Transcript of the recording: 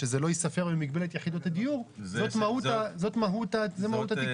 שזה לא ייספר במגבלת יחידות הדיור זה מהות התיקון.